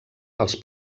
als